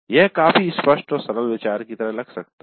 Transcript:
यह काफी स्पष्ट और सरल विचार की तरह लग सकता है